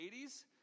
80s